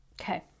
Okay